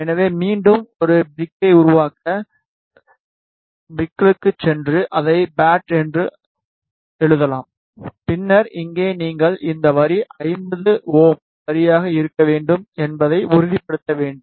எனவே மீண்டும் ஒரு ப்ரிக்கை உருவாக்க ப்ரிக்கலுக்குச் சென்று அதை பேட் என்று எழுதலாம் பின்னர் இங்கே நீங்கள் இந்த வரி 50 Ω வரியாக இருக்க வேண்டும் என்பதை உறுதிப்படுத்த வேண்டும்